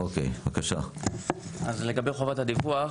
לגבי חובת הדיווח